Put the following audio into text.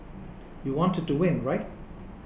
you wanted to win right